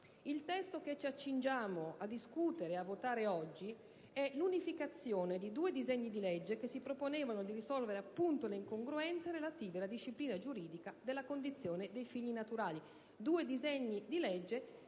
Il testo che ci accingiamo a discutere e a votare oggi è l'unificazione di due disegni di legge che si proponevano di risolvere le incongruenze relative alla disciplina giuridica della condizione dei figli naturali.